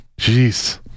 Jeez